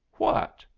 what?